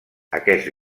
aquest